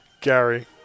Gary